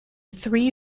three